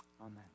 Amen